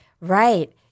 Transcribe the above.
Right